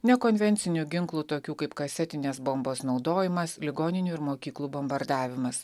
nekonvencinių ginklų tokių kaip kasetinės bombos naudojimas ligoninių ir mokyklų bombardavimas